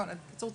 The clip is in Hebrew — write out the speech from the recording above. בקיצור,